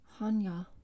Hanya